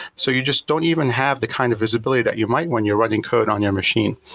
so you just don't even have the kind of visibility that you might when you're running code on your machine.